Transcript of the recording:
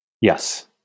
Yes